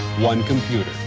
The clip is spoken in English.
one computer.